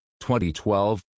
2012